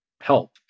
help